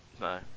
no